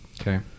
Okay